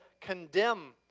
condemn